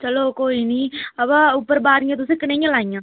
चलो कोई निं अवा उप्पर बारियां तुसें कनेहियां लाइयां